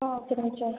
ஆ சரிங்க டீச்சர்